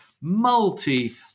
multi